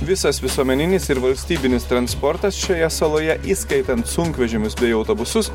visas visuomeninis ir valstybinis transportas šioje saloje įskaitant sunkvežimius bei autobusus